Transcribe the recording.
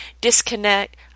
disconnect